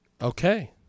Okay